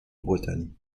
bretagne